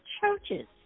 churches